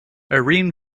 irene